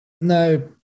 No